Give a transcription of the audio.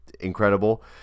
incredible